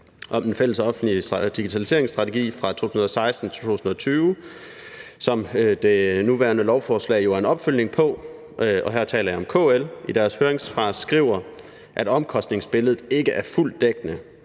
om den fælles offentlige digitaliseringsstrategi fra 2016-2020, som nærværende lovforslag jo er en opfølgning på, og her taler jeg om KL, i deres høringssvar skriver, at omkostningsbilledet ikke er fuldt dækkende,